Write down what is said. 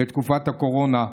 בתקופת הקורונה.